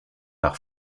par